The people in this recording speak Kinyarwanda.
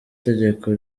tegeko